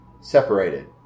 separated